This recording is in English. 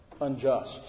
unjust